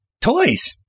Toys